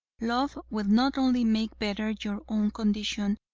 love will not only make better your own condition,